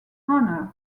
honor